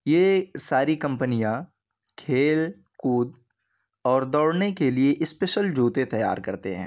یہ ساری کمپنیاں کھیل کود اور دوڑنے کے لیے اسپیشل جوتے تیار کرتے ہیں